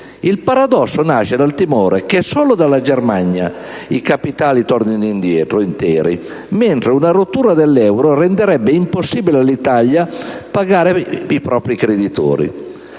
Il paradosso nasce dal timore che solo dalla Germania i capitali tornino indietro interi; mentre una rottura dell'euro renderebbe impossibile all'Italia pagare i propri creditori.